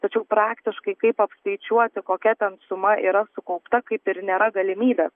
tačiau praktiškai kaip apskaičiuoti kokia ten suma yra sukaupta kaip ir nėra galimybės